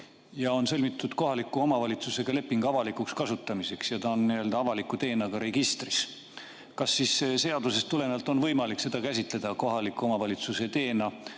ja on sõlmitud kohaliku omavalitsusega leping tee avalikuks kasutamiseks ja see on avaliku teena ka registris, kas siis seadusest tulenevalt on võimalik seda käsitleda kohaliku omavalitsuse teena